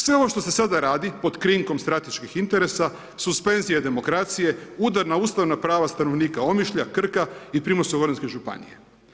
Sve ovo što se sada radi pod krinkom strateških interesa, suspenzije demokracije, udar na ustavna prava stanovnika Omišlja, Krka i Primorsko-goranske županije.